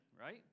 right